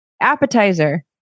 Appetizer